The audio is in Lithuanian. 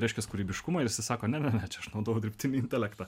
reiškias kūrybiškumą ir sakone ne čia aš naudojau dirbtinį intelektą